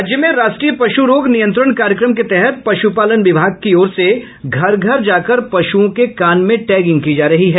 राज्य में राष्ट्रीय पशु रोग नियंत्रण कार्यक्रम के तहत पशुपालन विभाग की ओर से घर घर जाकर पशुओं के कान में टैंगिंग की जा रही है